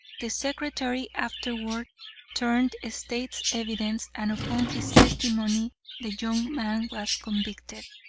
the secretary afterward turned state's evidence and upon his testimony the young man was convicted.